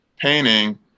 painting